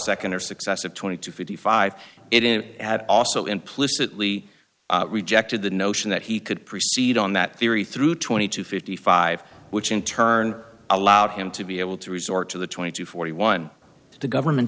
second or successive twenty two fifty five it in had also implicitly rejected the notion that he could proceed on that theory through twenty two fifty five which in turn allowed him to be able to resort to the twenty two forty one the government